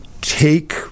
take